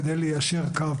כדי ליישר קו.